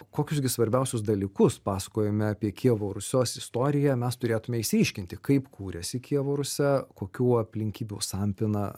kokius gi svarbiausius dalykus pasakojame apie kijevo rusios istoriją mes turėtume išsiaiškinti kaip kūrėsi kijevo rusia kokių aplinkybių sampyna